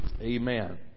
Amen